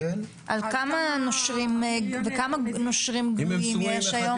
על כמה נושרים, וכמה נושרים גלויים יש היום?